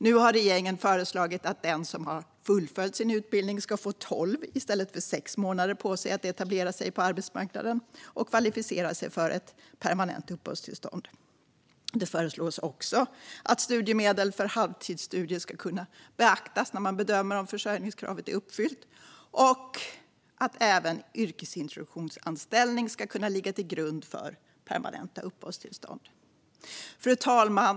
Nu har regeringen föreslagit att den som fullföljt sin utbildning ska få tolv i stället för sex månader på sig att etablera sig på arbetsmarknaden och kvalificera sig för ett permanent uppehållstillstånd. Det föreslås också att studiemedel för halvtidsstudier ska kunna beaktas när man bedömer om försörjningskravet är uppfyllt och att även yrkesintroduktionsanställning ska kunna ligga till grund för permanenta uppehållstillstånd. Fru talman!